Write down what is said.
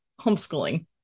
homeschooling